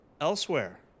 elsewhere